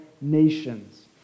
nations